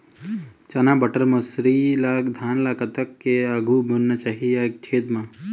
चना बटर मसरी ला धान ला कतक के आघु बुनना चाही या छेद मां?